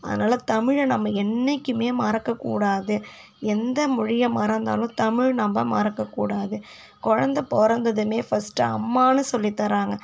அதனால தமிழை நாம் என்னைக்கும் மறக்க கூடாது எந்த மொழியை மறந்தாலும் தமிழ் நம்ம மறக்க கூடாது கொழந்தை பிறந்ததுமே ஃபஸ்ட்டு அம்மானு சொல்லித்தராங்க